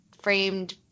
framed